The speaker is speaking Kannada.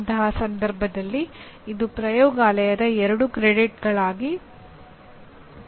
ಅಂತಹ ಸಂದರ್ಭದಲ್ಲಿ ಇದು ಪ್ರಯೋಗಾಲಯದ 2 ಕ್ರೆಡಿಟ್ಗಳಾಗಿ ಪರಿಣಮಿಸುತ್ತದೆ